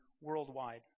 worldwide